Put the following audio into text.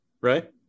right